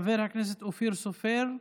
חבר הכנסת אופיר סופר,